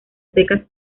secas